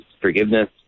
forgiveness